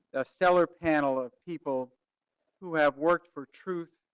a stellar panel of people who have worked for truth,